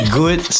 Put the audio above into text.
good